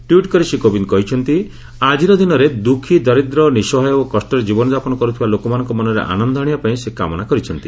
tweet କରି ଶ୍ରୀ କୋବିନ୍ଦ କହିଛନ୍ତି ଆଜିର ଦିନରେ ଦ୍ରଃଖୀ ଦରିଦ୍ର ନିଃସହାୟ ଓ କଷ୍ଟରେ ଜୀବନଯାପନ କର୍ତ୍ଥବା ଳୋକମାନଙ୍କ ମନରେ ଆନନ୍ଦ ଆଶିବା ପାଇଁ ସେ କାମନା କରିଛନ୍ତି